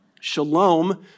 Shalom